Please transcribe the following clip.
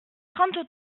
trente